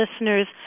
listeners